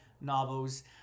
novels